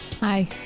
Hi